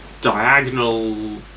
diagonal